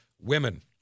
women